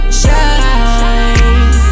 shine